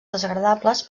desagradables